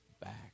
back